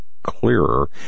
clearer